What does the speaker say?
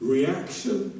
Reaction